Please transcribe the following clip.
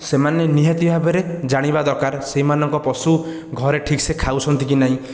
ସେମାନେ ନିହାତି ଭାବରେ ଜାଣିବା ଦରକାର ସେହିମାନଙ୍କ ପଶୁ ଘରେ ଠିକ ସେ ଖାଉଛନ୍ତି କି ନାହିଁ